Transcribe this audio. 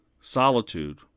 Solitude